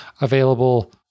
available